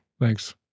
Thanks